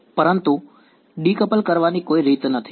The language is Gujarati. પરંતુ ડીકપલ કરવાની કોઈ રીત નથી